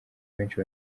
benshi